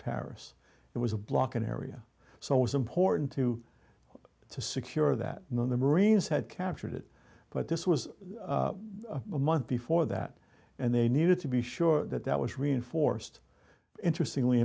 paris it was a blocking area so it was important to secure that when the marines had captured it but this was a month before that and they needed to be sure that that was reinforced interestingly